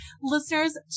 Listeners